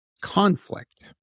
conflict